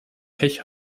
pech